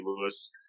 Lewis